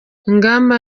ingamba